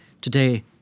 Today